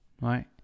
Right